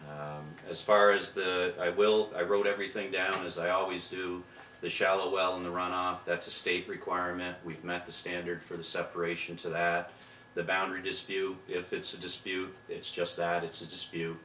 as far as the i will i wrote everything down as i always do the shallow well in the runoff that's a state requirement we've met the standard for the separation so that the boundary dispute if it's a dispute it's just that it's